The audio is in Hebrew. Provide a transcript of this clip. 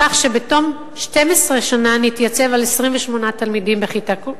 כך שבתום 12 שנה נתייצב על 28 תלמידים בכיתה.